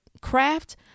craft